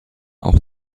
auch